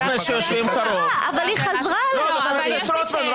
זה מהלך לא תקין לחלוטין.